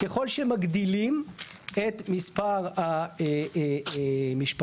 ככל שמגדילים את מספר המשפחות,